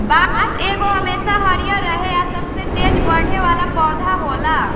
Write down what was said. बांस एगो हमेशा हरियर रहे आ सबसे तेज बढ़े वाला पौधा होला